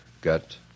got